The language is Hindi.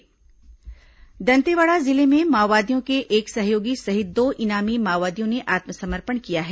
माओवादी समर्पण दंतेवाड़ा जिले में माओवादियों के एक सहयोगी सहित दो इनामी माओवादियों ने आत्मसमर्पण किया है